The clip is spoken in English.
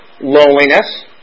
loneliness